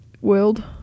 world